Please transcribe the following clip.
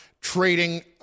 trading